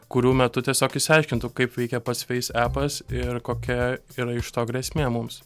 kurių metu tiesiog išsiaiškintų kaip veikia pats feis epas ir kokia yra iš to grėsmė mums